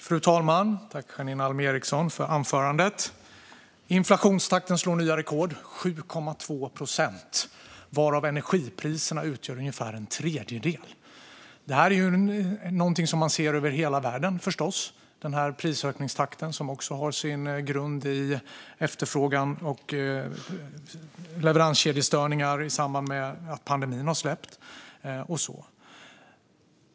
Fru talman! Tack, Janine Alm Ericson, för anförandet! Inflationstakten slår alla rekord. Inflationen är nu 7,2 procent, varav energipriserna utgör ungefär en tredjedel. Det är förstås något som man ser över hela världen. Den här prisökningstakten har sin grund i efterfrågan och leveranskedjestörningar i samband med att pandemin har släppt och så.